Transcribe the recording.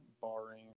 barring